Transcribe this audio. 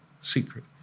secret